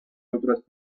otras